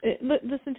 listen